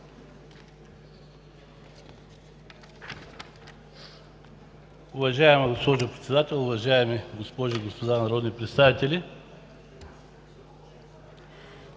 Уважаема госпожо Председател, дами и господа народни представители!